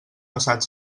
passat